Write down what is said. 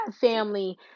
family